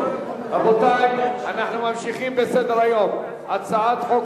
אנחנו ממשיכים בסדר-היום: הצעת חוק